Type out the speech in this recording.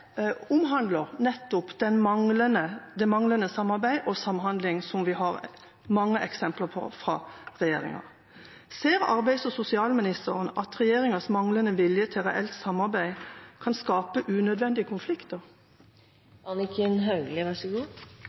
omhandler nettopp det manglende samarbeidet og den manglende samhandlingen som vi har mange eksempler på fra regjeringas side. Ser arbeids- og sosialministeren at regjeringas manglende vilje til reelt samarbeid kan skape unødvendige konflikter?